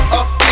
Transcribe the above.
up